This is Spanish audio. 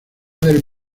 del